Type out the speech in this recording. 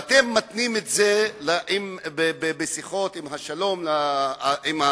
ואתם מתנים את זה בשיחות השלום עם הפלסטינים.